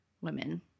women